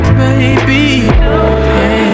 baby